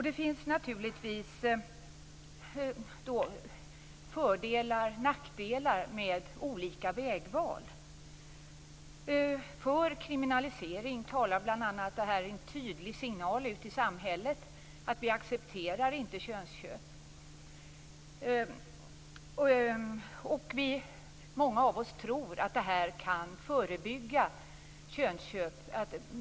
Det finns naturligtvis fördelar och nackdelar med olika vägval. För kriminalisering talar bl.a. det faktum att en sådan blir en tydlig signal ut i samhället att vi inte accepterar könsköp. Många av oss tror att detta kan förebygga könsköp.